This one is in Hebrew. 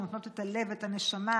שנותנות את הלב ואת הנשמה,